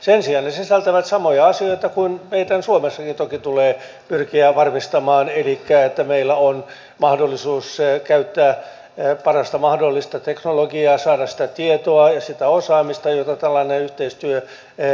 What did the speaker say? sen sijaan ne sisältävät samoja asioita kuin meidän suomessakin toki tulee pyrkiä varmistamaan elikkä että meillä on mahdollisuus käyttää parasta mahdollista teknologiaa saada sitä tietoa ja sitä osaamista jota tällainen yhteistyö antaa